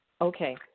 Okay